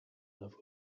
love